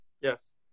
Yes